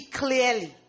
clearly